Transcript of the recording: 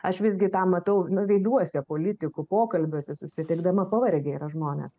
aš visgi tą matau nu veiduose politikų pokalbiuose susitikdama pavargę yra žmonės